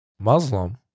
Muslim